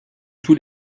tous